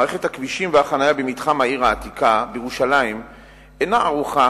מערכת הכבישים והחנייה במתחם העיר העתיקה בירושלים אינה ערוכה